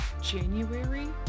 January